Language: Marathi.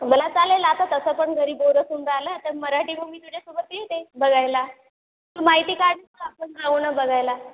मला चालेल आता तसं पण घरी बोर असून राहिलं त मराठी मूवी तुझ्यासोबत येते बघायला तू माहिती काढ आपण जाऊ ना बघायला